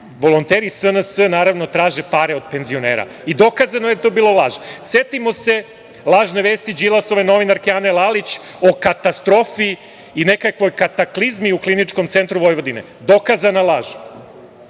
volonteri SNS, naravno traže pare od penzionera. I dokazano je da je to bila laž. Setimo se lažne vesti Đilasove novinarke Ane Lalić, o katastrofi i nekakvoj kataklizmi u Kliničkom centru Vojvodine. Dokazana laž.